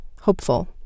Hopeful